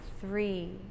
three